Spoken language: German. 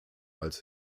als